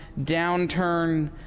downturn